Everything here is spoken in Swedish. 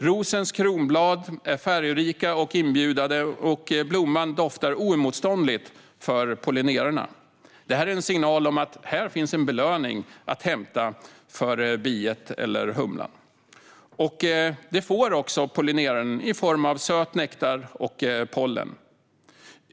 Rosens kronblad är färgrika och inbjudande, och blomman doftar oemotståndligt för pollinerarna. Det är en signal om att det finns en belöning att hämta för biet eller humlan, och pollineraren får också den i form av söt nektar och pollen.